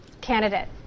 candidate